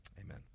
Amen